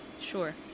sure